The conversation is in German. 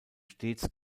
stets